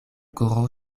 koro